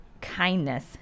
kindness